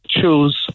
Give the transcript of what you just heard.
choose